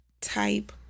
type